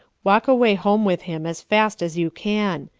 walk away home with him as fast as you can.